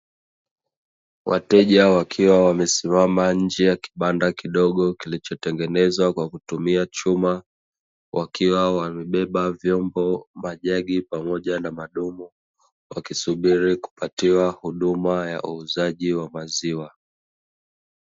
Wateja wakiwa wamesimama nje ya kibanda kidogo kilichotengenezwa kwa kutumia chuma wakiwa wamebeba vyombo, majagi pamoja na madumu wakisubiri kupatiwa huduma ya wauzaji wa maziwa.